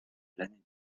l’année